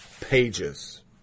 pages